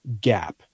gap